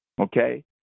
Okay